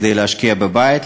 כדי להשקיע בבית,